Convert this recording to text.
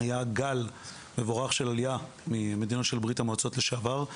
היה גל מבורך של עלייה ממדינות של ברית המועצות לשעבר,